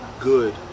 good